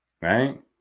right